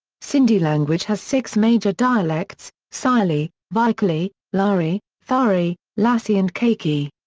sindhi language has six major dialects sireli, vicholi, lari, thari, lasi and kachhi.